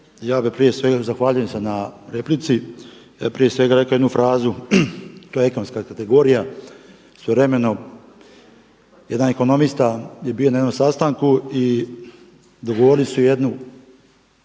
Ja prije svega zahvaljujem se na replici. Prije svega rekao jednu frazu. To je ekonomska kategorija. Svojevremeno jedan ekonomista je bio na jednom sastanku i dogovorili su jednu